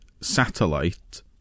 Satellite